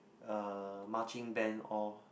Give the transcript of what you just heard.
uh marching band all